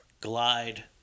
glide